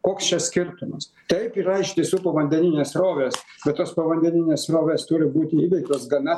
koks čia skirtumas taip yra iš tiesų povandeninės srovės bet tos povandeninės srovės turi būti įveiktos gana